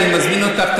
ואני מזמין אותך,